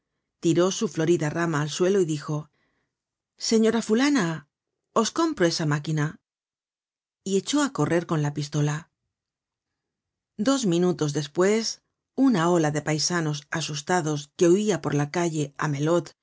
tiró su florida rama al suelo y dijo señora fulana os compro esa máquina y echó á correr con la pistola content from google book search generated at dos minutos despues una ola de paisanos asustados que huia por la calle amelot y